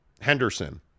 Henderson